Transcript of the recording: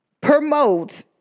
promote